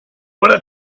wanna